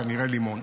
כנראה לימון.